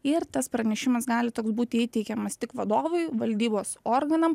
ir tas pranešimas gali toks būti įteikiamas tik vadovui valdybos organam